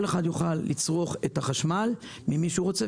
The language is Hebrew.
כל אחד יוכל לצרוך את החשמל ממי שהוא רוצה,